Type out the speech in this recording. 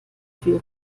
für